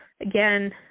again